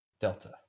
Delta